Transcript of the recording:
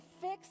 fix